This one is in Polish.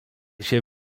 się